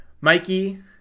Mikey